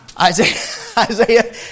Isaiah